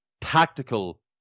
tactical